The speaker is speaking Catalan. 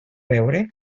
beure